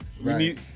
Right